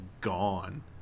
gone